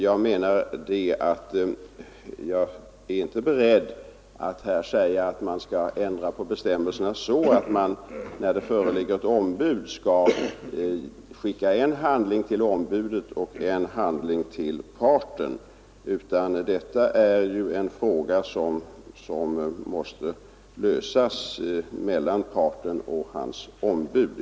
Jag är inte beredd att här säga att man skall ändra bestämmelserna så att man när det finns ett ombud skall skicka en handling till ombudet och en till parten. Detta är en fråga som måste lösas mellan parten och hans ombud.